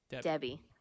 Debbie